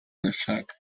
gashaka